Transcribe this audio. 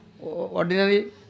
ordinary